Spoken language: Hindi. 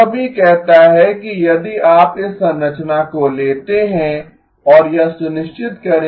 यह भी कहता है कि यदि आप इस संरचना को लेते हैं और यह सुनिश्चित करें कि